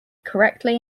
correctly